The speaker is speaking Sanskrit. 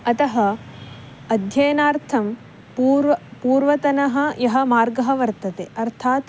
अतः अध्ययनार्थं पूर्व पूर्वतनः यः मार्गः वर्तते अर्थात्